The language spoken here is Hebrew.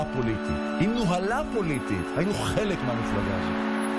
19:00.) חבריי חברי הכנסת, אני פותח את המליאה.